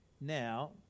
Now